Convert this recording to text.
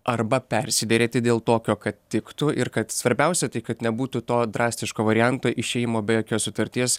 arba persiderėti dėl tokio kad tiktų ir kad svarbiausia tai kad nebūtų to drastiško varianto išėjimo be jokios sutarties